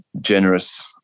generous